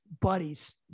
Buddies